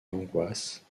l’angoisse